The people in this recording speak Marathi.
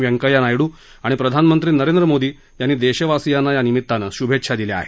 वैंकय्या नायडू आणि प्रधानमंत्री नरेंद्र मोदी यांनी देशवासियांना या निमिताने शुभेच्छा दिल्या आहेत